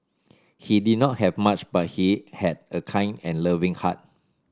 he did not have much but he had a kind and loving heart